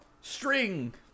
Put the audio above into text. string